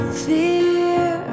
fear